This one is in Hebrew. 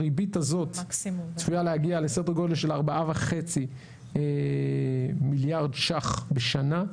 הריבית הזאת צפויה להגיע לסדר גודל של 4.5 מיליארד שקלים בשנה.